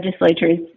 legislatures